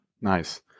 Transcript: Nice